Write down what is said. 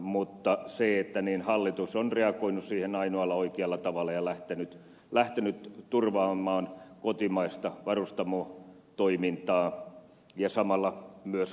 mutta hallitus on reagoinut siihen ainoalla oikealla tavalla ja lähtenyt turvaamaan kotimaista varustamotoimintaa ja samalla myös huoltovarmuutta